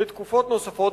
לתקופות נוספות.